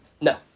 no